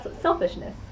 selfishness